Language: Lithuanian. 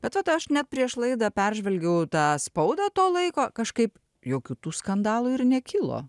bet vat aš net prieš laidą peržvelgiau tą spaudą to laiko kažkaip jokių tų skandalų ir nekilo